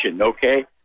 okay